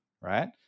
right